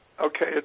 Okay